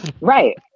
Right